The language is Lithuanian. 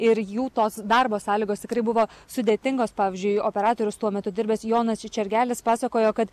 ir jų tos darbo sąlygos tikrai buvo sudėtingos pavyzdžiui operatorius tuo metu dirbęs jonas čergelis pasakojo kad